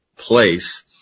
place